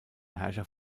herrscher